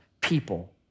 people